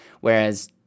whereas